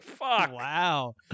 Wow